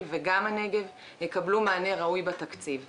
וגם הנגב יקבלו מענה ראוי בתקציב הקרוב.